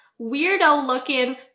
weirdo-looking